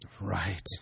Right